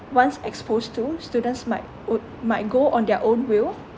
once exposed to students might might go on their own will